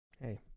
Hey